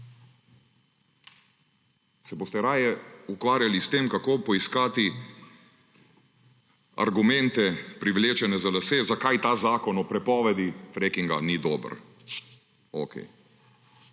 Se boste raje ukvarjali s tem, kako poiskati argumente, privlečene za lase, zakaj ta zakon o prepovedi frackinga ni dober.